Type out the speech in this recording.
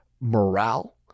morale